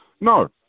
No